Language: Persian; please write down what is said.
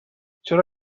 چرا